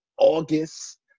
August